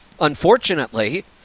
Unfortunately